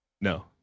No